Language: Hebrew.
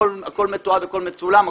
הכול מתועד, הכול מצולם.